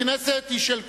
הכנסת היא של כולנו.